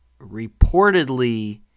reportedly